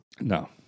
No